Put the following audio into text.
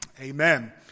Amen